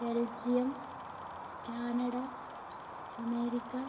Belgium Canada America